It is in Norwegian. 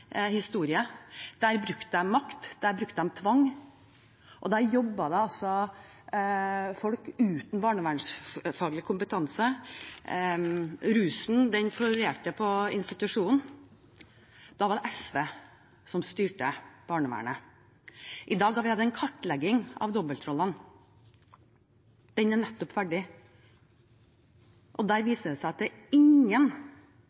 Der brukte de makt, der brukte de tvang, der jobbet det altså folk uten barnevernfaglig kompetanse, og rusen florerte på institusjonen. Da var det SV som styrte barnevernet. Vi har hatt en kartlegging av dobbeltrollene. Den er nettopp ferdig. Der